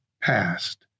past